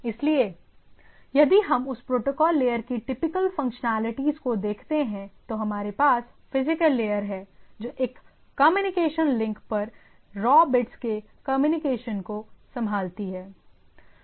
इसलिए यदि हम उस प्रोटोकॉल लेयर की टिपिकल फंक्शनैलिटीज को देखते हैं तो हमारे पास फिजिकल लेयर हैं जो एक कम्युनिकेशन लिंक पर रॉ बिट्स के कम्युनिकेशन को संभालती हैं